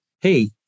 hey